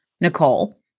Nicole